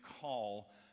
call